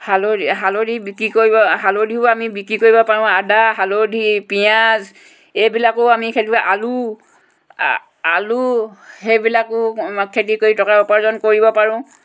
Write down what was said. হালধি হালধি বিক্ৰী কৰিও হালধিও আমি বিক্ৰী কৰিব পাৰোঁ আদা হালধি পিঁয়াজ এইবিলাকো আমি খেলিব আলু আ আলু সেইবিলাকো খেতি কৰি টকা উপাৰ্জন কৰিব পাৰোঁ